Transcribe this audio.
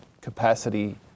capacity